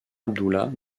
abdullah